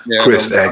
Chris